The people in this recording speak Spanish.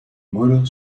muro